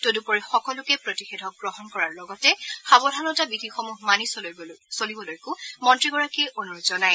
তদুপৰি সকলোকে প্ৰতিষেধক গ্ৰহণ কৰাৰ লগতে সাৱধানতা বিধিসমূহ মানি চলিবলৈকো মন্ত্ৰীগৰাকীয়ে অনুৰোধ জনায়